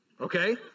okay